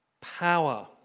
power